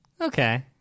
Okay